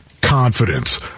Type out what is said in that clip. confidence